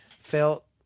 felt